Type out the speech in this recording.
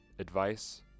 Advice